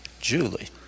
Julie